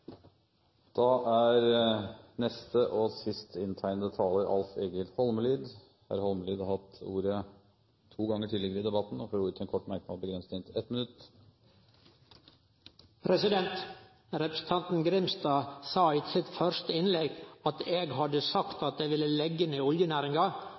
Alf Egil Holmelid har hatt ordet to ganger tidligere og får ordet til en kort merknad, begrenset til 1 minutt. Representanten Grimstad sa i sitt første innlegg at eg hadde sagt